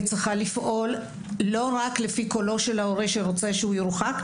והיא צריכה לפעול לא רק לפי קולו של ההורה שרוצה שהוא יורחק,